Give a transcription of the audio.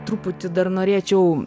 truputį dar norėčiau